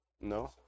No